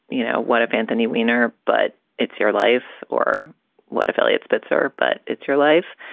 you know what, if anthony weiner. but it's your life. or what if eliot spitzer. but it's your life.